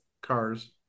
cars